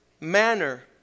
manner